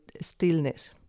stillness